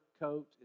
coat